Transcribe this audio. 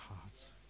hearts